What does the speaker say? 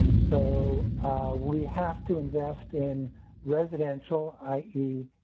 so we have to invest in residential. i. e.